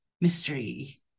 Mystery